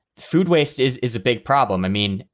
food waste is is a big problem. i mean,